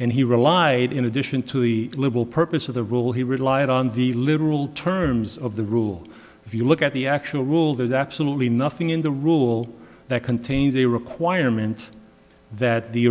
and he relied in addition to the liberal purpose of the rule he relied on the literal terms of the rule if you look at the actual rule there's absolutely nothing in the rule that contains a requirement that the